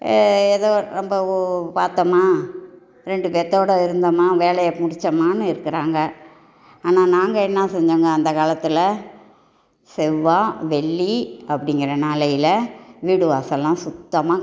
ஏதோ ரொம்ப பார்த்தோமா ரெண்டு பேற்றதோட இருந்தமா வேலையை முடிச்சமான்னு இருக்கிறாங்க ஆனால் நாங்கள் என்ன செஞ்சாங்க அந்த காலத்தில் செவ்வாய் வெள்ளி அப்படிங்கிற நாளையில் வீடு வாச எல்லாம் சுத்தமாக